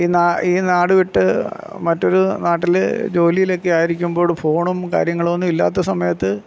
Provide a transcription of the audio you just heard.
ഈ നാ ഈ നാട് വിട്ട് മറ്റൊരു നാട്ടിൽ ജോലിയിലൊക്കെ ആയിരിക്കുമ്പോൾ ഫോണും കാര്യങ്ങളൊന്നും ഇല്ലാത്ത സമയത്ത്